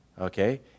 Okay